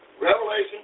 Revelation